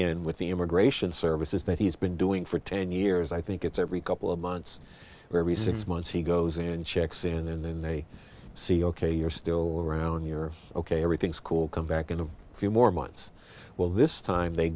in with the immigration services that he's been doing for ten years i think it's every couple of months or every six months he goes and checks in and then they see ok you're still around you're ok everything's cool come back in a few more months well this time they